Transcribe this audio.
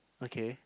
okay